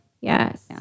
Yes